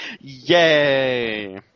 Yay